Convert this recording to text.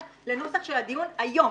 בנוסח של הדיון היום,